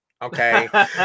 Okay